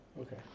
Okay